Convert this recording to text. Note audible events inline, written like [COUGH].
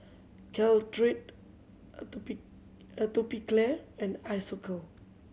Caltrate [UNINTELLIGIBLE] Atopiclair and Isocal